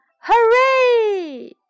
hooray